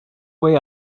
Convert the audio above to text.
way